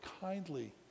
kindly